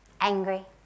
angry